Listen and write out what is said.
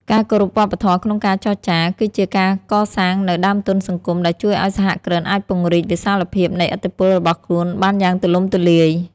ការគោរពវប្បធម៌ក្នុងការចរចា គឺជាការកសាងនូវ "ដើមទុនសង្គម" ដែលជួយឱ្យសហគ្រិនអាចពង្រីកវិសាលភាពនៃឥទ្ធិពលរបស់ខ្លួនបានយ៉ាងទូលំទូលាយ។